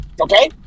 Okay